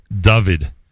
David